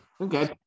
Okay